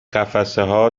قفسهها